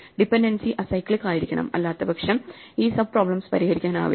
dependency acyclic ആയിരിക്കണം അല്ലാത്തപക്ഷം ഈ സബ് പ്രോബ്ലെംസ് പരിഹരിക്കാനാവില്ല